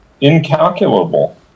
incalculable